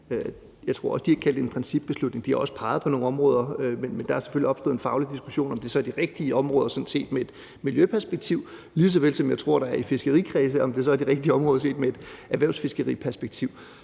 jeg også tror de har kaldt det. De har også peget på nogle områder, men der er selvfølgelig opstået en faglig diskussion om, om det så er de rigtige områder set i et miljøperspektiv, lige så vel som jeg tror der er i fiskerikredse, i forhold til om det så er de rigtige områder set i et erhvervsfiskeriperspektiv.